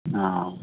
हँ